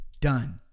Done